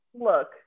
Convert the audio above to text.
Look